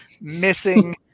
missing